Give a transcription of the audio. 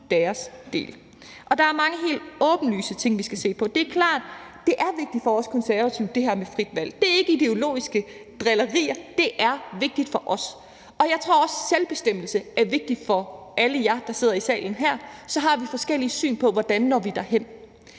Der er mange helt åbenlyse ting, vi skal se på. Det er klart, at det her med frit valg er vigtigt for os Konservative. Det er ikke ideologiske drillerier, det er vigtigt for os. Og jeg tror også, at selvbestemmelse er vigtigt for alle jer, der sidder i salen her. Så har vi forskellige syn på, hvordan vi når derhen.